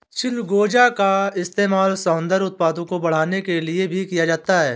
चिलगोजा का इस्तेमाल सौन्दर्य उत्पादों को बनाने के लिए भी किया जाता है